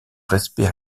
respect